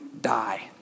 die